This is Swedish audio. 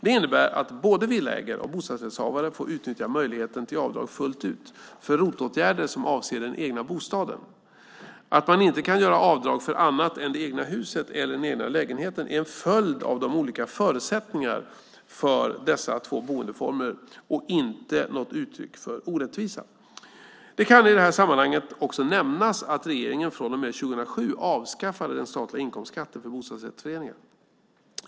Det innebär att både villaägare och bostadsrättshavare får utnyttja möjligheten till avdrag fullt ut för ROT-åtgärder som avser den egna bostaden. Att man inte kan göra avdrag för annat än det egna huset eller den egna lägenheten är en följd av de olika förutsättningarna för dessa två boendeformer och inte något uttryck för orättvisa. Det kan i detta sammanhang också nämnas att regeringen från och med 2007 avskaffade den statliga inkomstskatten för bostadsrättsföreningar.